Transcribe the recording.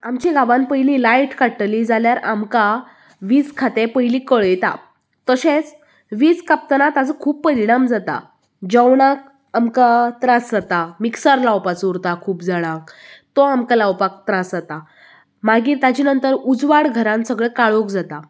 आमचे गांवांत पयली लायट काडटलीं जाल्यार आमकां वीज खातें पयली कळयतां तशेंच वीज कांपनता ताजो खूब परिणाम जाता जेवणाक आमकां त्रास जाता मिक्सर लावपाचो उरता खूब जाणांक तो आमकां लावपाक त्रास जाता मागीर ताचे नंतर उजवाड घरांत सगळे काळोख जाता